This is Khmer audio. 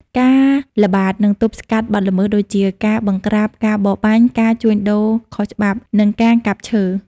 ការល្បាត និងទប់ស្កាត់បទល្មើសដូចជា ការបង្ក្រាបការបរបាញ់ ការជួញដូរខុសច្បាប់ និងការកាប់ឈើ។